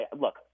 look